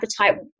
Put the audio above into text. appetite